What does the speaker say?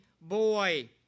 boy